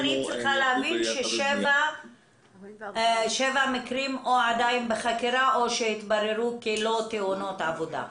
אני צריכה להבין ששבעה מקרים עדיין בחקירה או שהתבררו כלא תאונות עבודה.